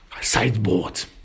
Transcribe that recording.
sideboard